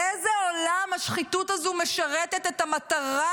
באיזה עולם השחיתות הזאת משרתת את המטרה